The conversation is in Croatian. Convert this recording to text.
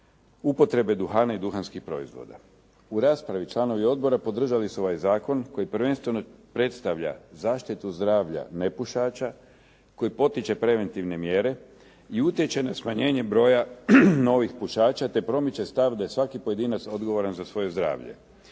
upotrebe duhana i duhanskih proizvoda. U raspravi članovi odbora podržali su ovaj zakon koji prvenstveno predstavlja zaštitu zdravlja nepušača, koji potiče preventivne mjere i utječe na smanjenje broja novih pušača te promiče stav da je svaki pojedinac odgovoran za svoje zdravlje.